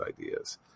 ideas